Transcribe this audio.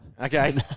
Okay